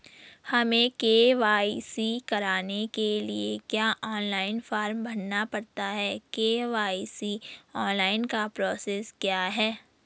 हमें के.वाई.सी कराने के लिए क्या ऑनलाइन फॉर्म भरना पड़ता है के.वाई.सी ऑनलाइन का प्रोसेस क्या है?